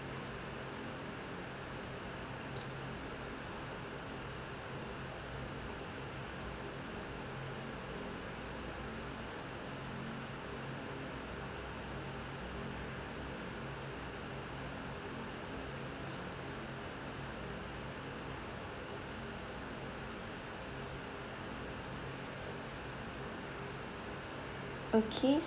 okay